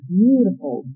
beautiful